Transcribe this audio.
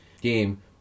game